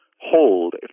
hold